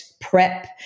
prep